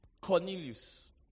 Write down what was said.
Cornelius